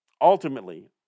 ultimately